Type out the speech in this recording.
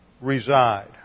reside